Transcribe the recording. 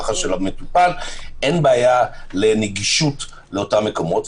ככה שלמטופל אין בעיה לנגישות לאותם מקומות.